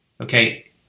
Okay